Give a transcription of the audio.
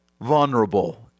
vulnerable